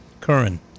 Curran